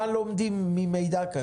מה לומדים ממידע כזה?